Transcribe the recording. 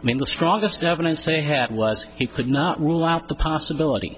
i mean the strongest evidence they have less he could not rule out the possibility